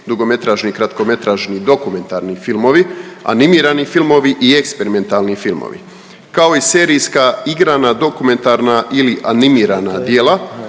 dugometražni i kratkometražni dokumentarni filmovi, animirani filmovi i eksperimentalni filmovi, kao i serijska, igrana, dokumentarna ili animirana djela